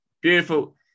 beautiful